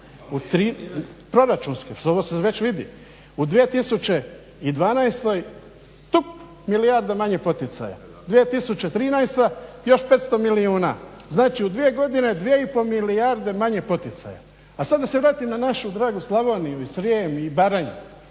Proračunske, ovo se već vidi. U 2012. tup, milijarda manje poticaja, 2013. još 500 milijuna, znači u dvije godine 2,5 milijarde manje poticaja. A sad da se vratim na našu dragu Slavoniju i Srijem i Baranju.